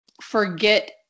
forget